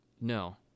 no